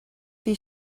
bhí